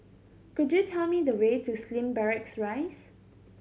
could you tell me the way to Slim Barracks Rise